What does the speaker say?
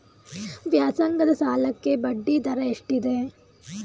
ವ್ಯಾಸಂಗದ ಸಾಲಕ್ಕೆ ಬಡ್ಡಿ ದರ ಎಷ್ಟಿದೆ?